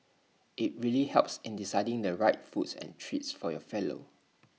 IT really helps in deciding the right foods and treats for your fellow